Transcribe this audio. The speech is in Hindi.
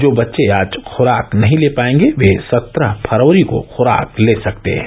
जो बच्चे आज खुराक नहीं ले पायेंगे वे सत्रह फरवरी को खुराक ले सकते हैं